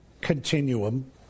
continuum